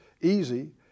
easy